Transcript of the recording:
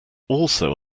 also